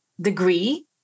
degree